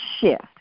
shift